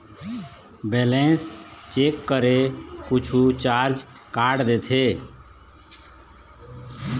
Balance check करें कुछू charge काट देथे?